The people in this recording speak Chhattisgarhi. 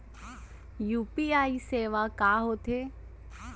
यू.पी.आई सेवाएं का होथे?